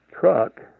truck